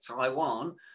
Taiwan